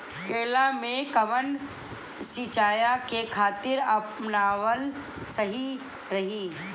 केला में कवन सिचीया के तरिका अपनावल सही रही?